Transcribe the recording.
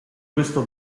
questo